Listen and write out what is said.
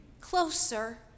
closer